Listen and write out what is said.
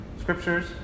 scriptures